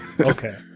Okay